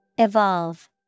Evolve